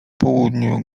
południu